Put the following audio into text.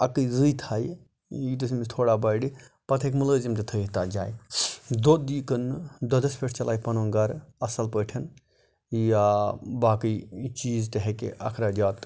اَکٔے زٔے تھایہِ ییٖتِس أمِس تھوڑا بَڑٕ پَتہٕ ہیٚکہِ مُلٲزِم تہِ تھٲوِتھ تتھ جایہِ دۄد یِیہِ کٕننہٕ دۄدَس پیٚٹھ چَلایہِ پَنُن گَرٕ اصل پٲٹھۍ یا باقی چیٖز تہِ ہیٚکہِ اَخراجات